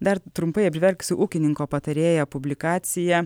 dar trumpai apžvelgsiu ūkininko patarėją publikacija